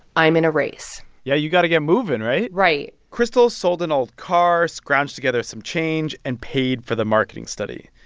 i'm in a race yeah, you got to get moving, right? right crystal sold an old car, scrounged together some change and paid for the marketing study.